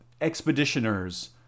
expeditioners